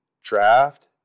Draft